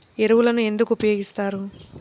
ఎరువులను ఎందుకు ఉపయోగిస్తారు?